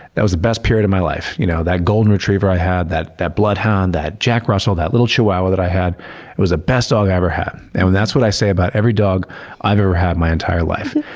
that was the best period of my life. you know that golden retriever i had, that that bloodhound, that jack russell, that little chihuahua that i had, it was the best dog i ever had. and that's what i say about every dog i've ever had in my entire life.